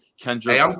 Kendrick